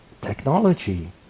technology